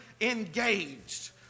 engaged